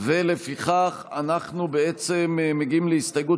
לפיכך אנחנו מגיעים להסתייגות